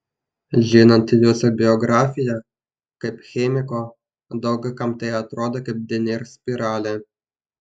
žinant jūsų biografiją kaip chemiko daug kam tai atrodo kaip dnr spiralė